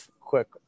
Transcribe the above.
quick